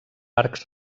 arcs